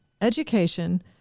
education